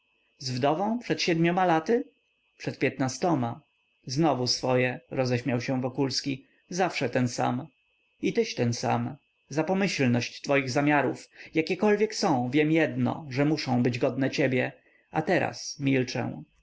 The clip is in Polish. z wdową przed siedmioma laty przed piętnastoma znowu swoje roześmiał się wokulski zawsze ten sam i tyś ten sam za pomyślność twoich zamiarów jakiekolwiek są wiem jedno że muszą być godne ciebie a teraz